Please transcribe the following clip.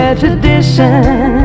tradition